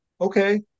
Okay